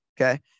Okay